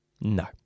No